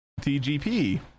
TGP